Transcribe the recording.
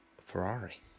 Ferrari